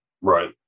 Right